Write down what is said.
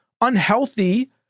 unhealthy